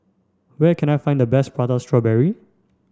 where can I find the best prata strawberry